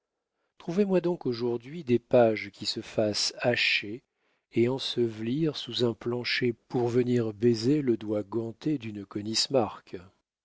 trouvez-moi donc aujourd'hui des pages qui se fassent hacher et ensevelir sous un plancher pour venir baiser le doigt ganté d'une